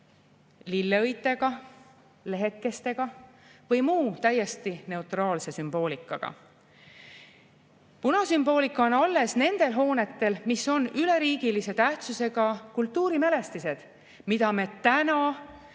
lilleõitega, lehekestega või muu täiesti neutraalse sümboolikaga. Punasümboolika on alles nendel hoonetel, mis on üleriigilise tähtsusega kultuurimälestised, mida me täna,